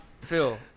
Phil